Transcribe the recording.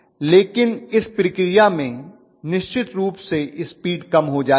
लेकिन इस प्रक्रिया में निश्चित रूप से स्पीड कम हो जाएगी